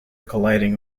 colliding